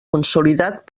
consolidat